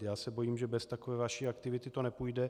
Já se bojím, že bez takovéto vaší aktivity to nepůjde.